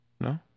No